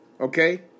Okay